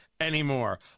anymore